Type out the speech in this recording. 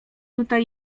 tutaj